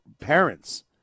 parents